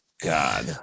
god